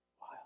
Wow